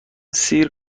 سیر